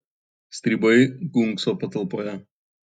stribai gunkso patalpoje